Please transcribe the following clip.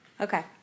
Okay